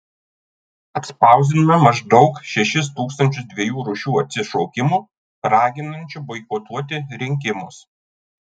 atspausdinome maždaug šešis tūkstančius dviejų rūšių atsišaukimų raginančių boikotuoti rinkimus